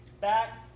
back